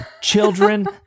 children